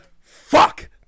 Fuck